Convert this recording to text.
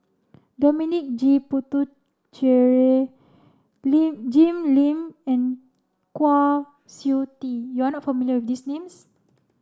Dominic J Puthucheary Lim Jim Lim and Kwa Siew Tee you are not familiar with these names